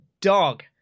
dog